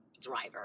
driver